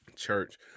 Church